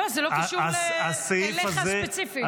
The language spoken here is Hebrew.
זה לא קשור אליך ספציפית.